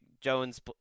Jones